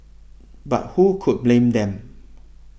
but who could blame them